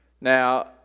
now